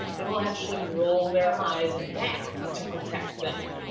they will actually roll their eyes back to protect them.